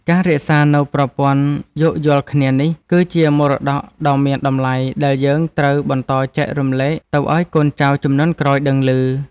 ការរក្សានូវប្រព័ន្ធយោគយល់គ្នានេះ គឺជាមរតកដ៏មានតម្លៃដែលយើងត្រូវបន្តចែករំលែកទៅឱ្យកូនចៅជំនាន់ក្រោយដឹងឮ។